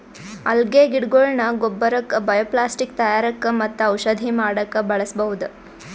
ಅಲ್ಗೆ ಗಿಡಗೊಳ್ನ ಗೊಬ್ಬರಕ್ಕ್ ಬಯೊಪ್ಲಾಸ್ಟಿಕ್ ತಯಾರಕ್ಕ್ ಮತ್ತ್ ಔಷಧಿ ಮಾಡಕ್ಕ್ ಬಳಸ್ಬಹುದ್